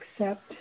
accept